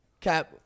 Cap